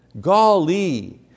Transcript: Golly